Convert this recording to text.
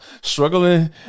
struggling